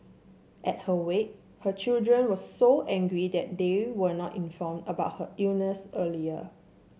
at her wake her children were so angry that they were not informed about her illness earlier